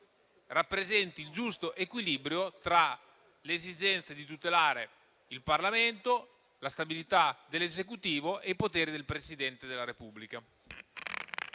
rappresenti il giusto equilibrio tra le esigenze di tutelare il Parlamento, la stabilità dell'Esecutivo e i poteri del Presidente della Repubblica.